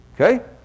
Okay